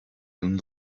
own